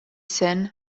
zen